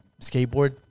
skateboard